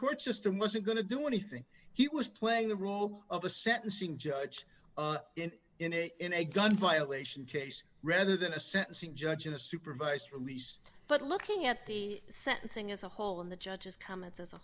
court system wasn't going to do anything he was playing the role of the sentencing judge in in a in a gun violation case rather than a sentencing judge in a supervised release but looking at the sentencing as a whole in the judge's comments as a